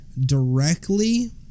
directly